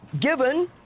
Given